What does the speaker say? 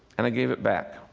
and i gave it back.